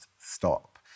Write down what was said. stop